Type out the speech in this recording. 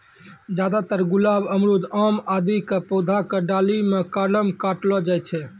ज्यादातर गुलाब, अमरूद, आम आदि के पौधा के डाली मॅ कलम काटलो जाय छै